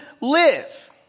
live